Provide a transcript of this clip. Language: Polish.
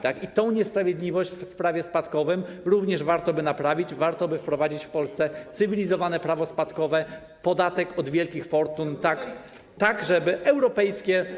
Tę niesprawiedliwość w prawie spadkowym również warto byłoby naprawić, warto by wprowadzić w Polsce cywilizowane prawo spadkowe, podatek od wielkich fortun, tak żeby... Europejskie.